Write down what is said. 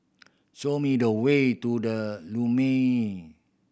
show me the way to The Lumiere